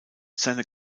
seine